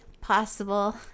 possible